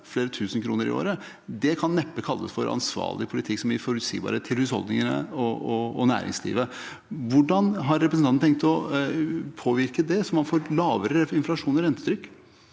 flere tusen kroner i året, kan neppe kalles for ansvarlig politikk som gir forutsigbarhet for husholdningene og næringslivet. Hvordan har representanten tenkt å påvirke det, så man får et lavere inflasjons- og rentetrykk?